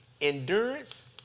endurance